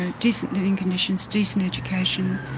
and decent living conditions, decent education,